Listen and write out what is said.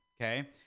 okay